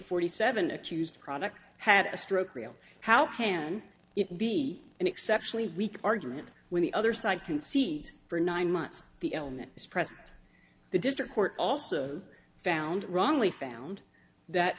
forty seven accused product had a stroke real how can it be an exceptionally weak argument when the other side concedes for nine months the element is present the district court also found wrongly found that